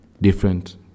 different